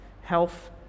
health